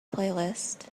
playlist